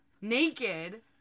naked